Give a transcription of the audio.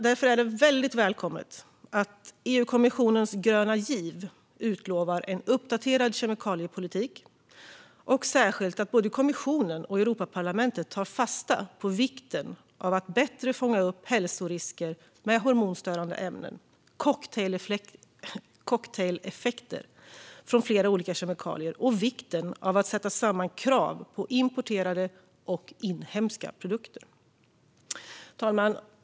Därför är det väldigt välkommet att EU-kommissionens gröna giv utlovar en uppdaterad kemikaliepolitik, och särskilt att både kommissionen och Europaparlamentet tar fasta såväl på vikten av att bättre fånga upp hälsorisker med hormonstörande ämnen och cocktaileffekter från flera olika kemikalier som på vikten av att ställa samma krav på importerade som på inhemska produkter.